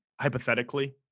hypothetically